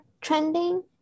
trending